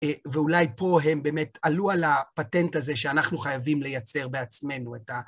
ואולי פה הם באמת עלו על הפטנט הזה שאנחנו חייבים לייצר בעצמנו את ה...